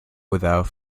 without